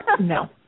no